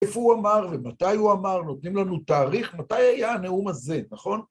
איפה הוא אמר ומתי הוא אמר, נותנים לנו תאריך, מתי היה הנאום הזה, נכון?